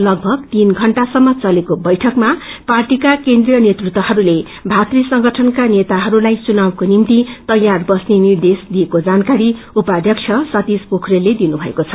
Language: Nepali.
लगभग तीन घण्टासम्म चलेको बैठकमा पार्टीका केन्द्रीय नेतृत्वहरूले भातृ संगठनका नेताहरूलाई चुनावको निम्ति तयार बस्ने निर्देश दिएको जानकारी उपाध्यक्ष सतिश पोख्रेलले दिनुथएको छ